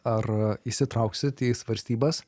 ar įsitrauksit į svarstybas